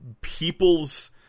people's